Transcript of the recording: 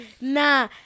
Nah